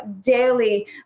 daily